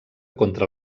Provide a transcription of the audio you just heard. contra